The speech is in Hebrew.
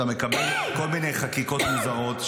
אתה מקבל כל מיני חקיקות מוזרות,